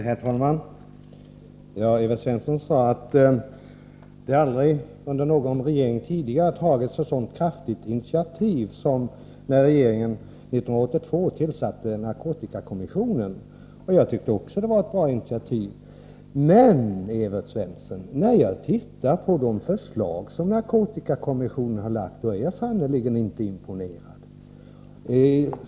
Herr talman! Evert Svensson sade att ingen tidigare regering hade tagit ett så kraftigt initiativ som den socialdemokratiska regeringen gjorde 1982 när den tillsatte narkotikakommissionen. Även jag tycker att det var ett bra initiativ. Men när jag tar del av de förslag som narkotikakommissionen har framlagt blir jag sannerligen inte imponerad, Evert Svensson.